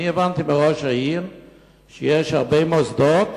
אני הבנתי מראש העיר שיש הרבה מוסדות